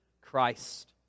Christ